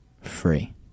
Free